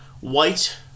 white